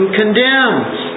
condemns